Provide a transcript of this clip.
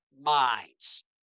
minds